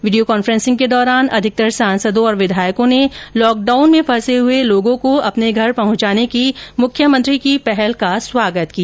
video conferencing के दौरान अधिकतर सांसदों और विधायकों ने लॉकडाउन में फंसे हुए लोगों को अपने घर पहुंचाने की मुख्यमंत्री की पहल का स्वागत किया